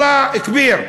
אללה כביר,